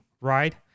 right